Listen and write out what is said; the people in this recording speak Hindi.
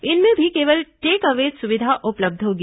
इनमें भी केवल टेक अवे सुविधा उपलब्ध होगी